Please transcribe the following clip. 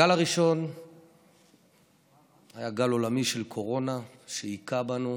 הגל הראשון היה גל עולמי של קורונה שהכה בנו,